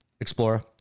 Explorer